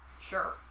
sure